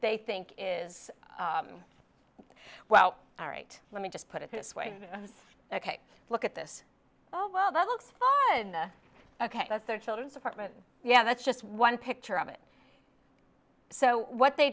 they think is well all right let me just put it this way ok look at this oh well that looks good ok that's their children's apartment yeah that's just one picture of it so what they